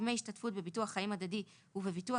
ודמי השתתפות בביטוח חיים הדדי ובביטוח